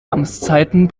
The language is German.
amtszeiten